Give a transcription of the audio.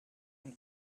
and